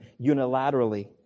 unilaterally